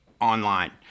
Online